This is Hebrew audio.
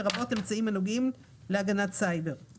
לרבות אמצעים כאמור הנוגעים להגנת סייבר;